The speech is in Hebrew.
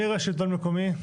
מירה, שלטון מקומי.